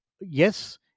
yes